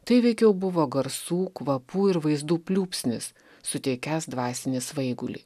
tai veikiau buvo garsų kvapų ir vaizdų pliūpsnis suteikiąs dvasinį svaigulį